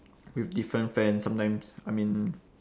with different friends sometimes I mean